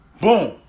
boom